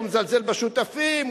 הם מזלזלים בשותפים,